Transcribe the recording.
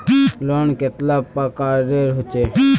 Loan कतेला प्रकारेर होचे?